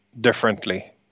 differently